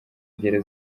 ngero